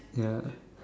ya